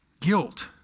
guilt